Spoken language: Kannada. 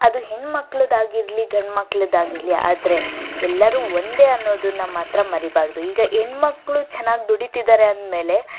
ಅದು ಹೆಣ್ಣು ಮಕ್ಳದ್ದಾಗಿರ್ಲಿ ಗಂಡು ಮಕ್ಳದ್ದಾಗಿರ್ಲಿ ಆದರೆ ಎಲ್ಲರೂ ಒಂದೇ ಅನ್ನೋದನ್ನು ಮಾತ್ರ ಮರೀಬಾರ್ದು ಈಗ ಹೆಣ್ಣು ಮಕ್ಕಳು ಚೆನ್ನಾಗಿ ದುಡೀತಿದ್ದಾರೆ ಅಂದಮೇಲೆ